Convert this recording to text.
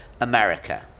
america